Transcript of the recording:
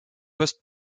post